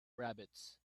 rabbits